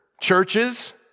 churches